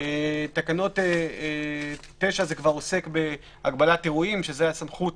תקנה 9 עוסקת בהגבלת אירועים שזו הסמכות